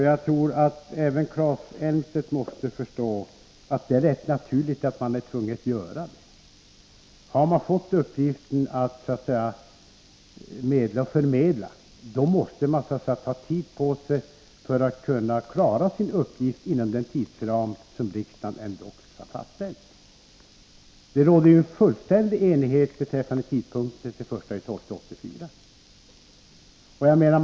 Jag tror att även Claes Elmstedt förstår att det är rätt naturligt att man är tvungen att göra så. Har man fått uppgiften att medla och förmedla, måste man ta tid på sig för att kunna klara sin uppgift inom den tidsram som riksdagen ändå har fastställt. Det råder ju fullständig enighet beträffande tidpunkten den 31 december 1984.